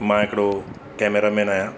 मां हिकिड़ो कैमरामैन आहियां